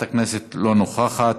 לא נוכחת,